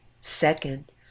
second